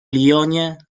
lyonie